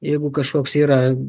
jeigu kažkoks yra